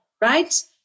right